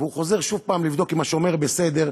והוא חוזר שוב לבדוק אם השומר בסדר,